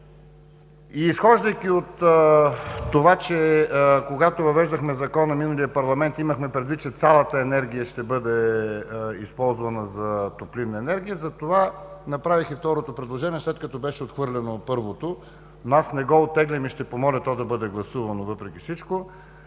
Изхождайки от това, че когато въвеждахме Закона в миналия парламент имахме предвид, че цялата енергия ще бъде използвана за топлинна енергия, затова направих и второто предложение, след като беше отхвърлено първото, но аз не го оттеглям и ще помоля то да бъде гласувано, въпреки всичко